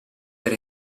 per